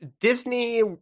Disney